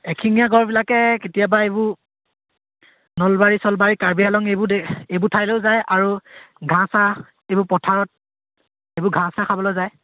এশিঙীয়া গঁড়বিলাকে কেতিয়াবা এইবোৰ নলবাৰী চলবাৰী কাৰ্বিআলং এইবোৰ এইবোৰ ঠাইলৈও যায় আৰু ঘাঁ চাহ এইবোৰ পথাৰত এইবোৰ ঘাঁ চাহ খাবলৈ যায়